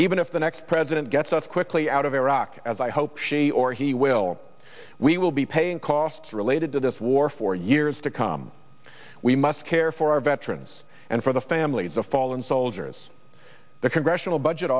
even if the next president gets us quickly out of iraq as i hope she or he will we will be paying costs related to this war for years to come we must care for our veterans and for the families of fallen soldiers the congressional budget